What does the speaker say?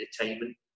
entertainment